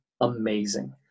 amazing